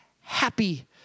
happy